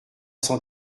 cent